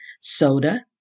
soda